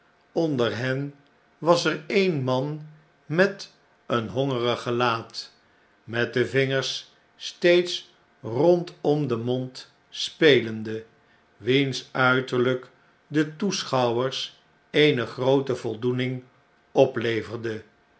onder hen was er een man met een hongerig gelaat met de vingers steeds rondom den mond spelende wiens uiterln'k den toeschouwers eene groote voldoening opleverde